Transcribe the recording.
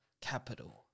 capital